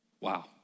wow